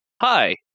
Hi